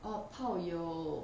哦炮友